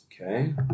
okay